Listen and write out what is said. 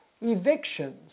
evictions